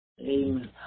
Amen